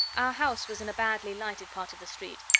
our house was in a badly-lighted part of the street,